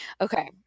Okay